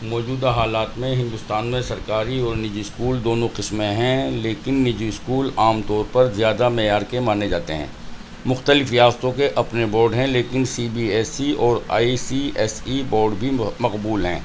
موجودہ حالات میں ہندوستان میں سرکاری اور نجی اسکول دونوں قسمیں ہیں لیکن نجی اسکول عام طور پر زیادہ معیار کے مانے جاتے ہیں مختلف ریاستوں کے اپنے بورڈ ہیں لیکن سی بی ایس ای اور I C S E board بھی مقبول ہیں